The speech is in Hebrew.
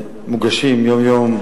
שמוגשות יום-יום,